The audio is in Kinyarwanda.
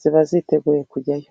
ziba ziteguye kujyayo.